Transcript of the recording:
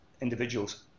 individuals